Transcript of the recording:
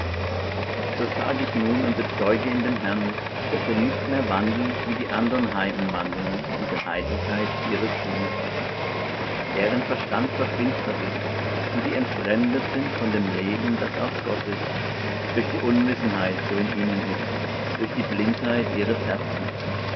so sage ich nun und bezeuge in dem herrn daß ihr nicht mehr wandelt wie die andern heiden wandeln in der eitelkeit ihres sinnes deren verstand verfinstert ist und die entfremdet sind von dem leben das aus gott ist durch die unwissenheit so in ihnen ist durch die blindheit ihres herzens